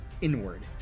inward